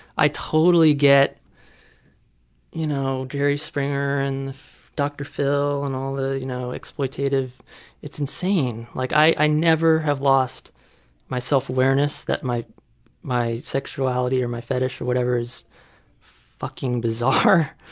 i totally get you know jerry springer and dr. phil and all the you know exploitative it's insane. like i i never have lost my self-awareness that my my sexuality or my fetish or whatever is fucking bizarre.